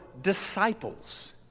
disciples